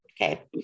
okay